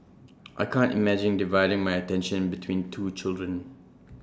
I can't imagine dividing my attention between two children